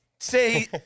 Say